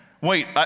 Wait